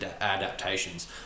adaptations